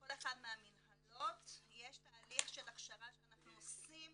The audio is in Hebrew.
בכל אחת מהמינהלות יש תהליך הכשרה שאנחנו עושים